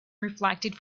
reflected